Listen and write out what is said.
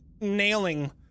nailing